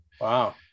wow